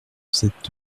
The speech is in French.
sept